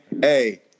Hey